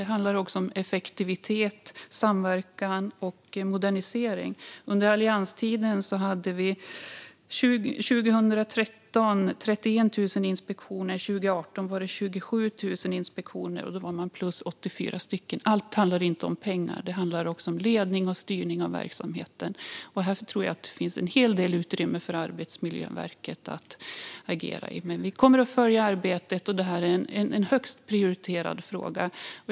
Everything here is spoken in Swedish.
Det handlar också om effektivitet, samverkan och modernisering. Under allianstiden hade vi 31 000 inspektioner 2013. År 2018 var det 27 000 inspektioner, och då var de plus 84 personer. Allt handlar inte om pengar. Det handlar också om ledning och styrning av verksamheten. Här tror jag att det finns en hel del utrymme för Arbetsmiljöverket att agera. Vi kommer att följa arbetet. Det är en högst prioriterad fråga.